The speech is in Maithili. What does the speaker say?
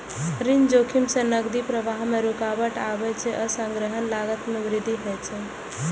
ऋण जोखिम सं नकदी प्रवाह मे रुकावट आबै छै आ संग्रहक लागत मे वृद्धि होइ छै